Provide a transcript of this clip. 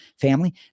family